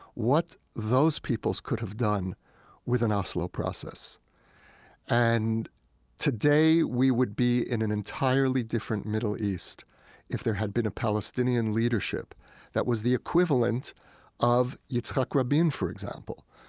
what those peoples could have done with an oslo process and today we would be in an entirely different middle east if there had been a palestinian leadership that was the equivalent of yitzhak rabin, for example.